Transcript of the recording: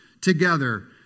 together